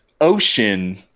ocean